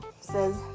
says